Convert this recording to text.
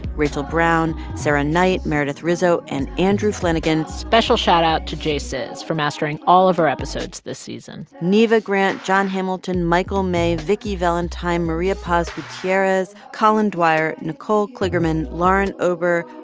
rachel brown, sarah knight, meredith rizzo and andrew flanagan special shout-out to jason for mastering all of our episodes this season neva grant, jon hamilton, michael may, vikki valentine, maria paz gutierrez, colin dwyer, nicole kligerman, lauren ober,